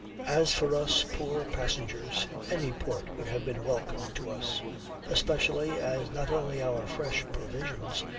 as for us, poor passengers, any port would have been welcome to us especially, as not only our fresh provisions,